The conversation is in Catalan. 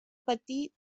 patir